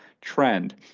trend